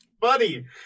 Buddy